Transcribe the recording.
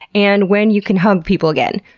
and when you can hug people again.